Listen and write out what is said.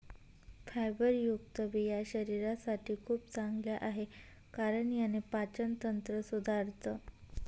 फायबरयुक्त बिया शरीरासाठी खूप चांगल्या आहे, कारण याने पाचन तंत्र सुधारतं